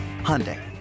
Hyundai